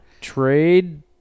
Trade